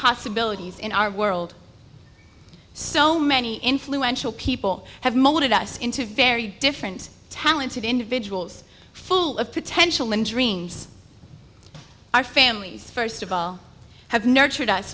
possibilities in our world so many influential people have molded us into very different talented individuals full of potential and dreams our families first of all have nurtured us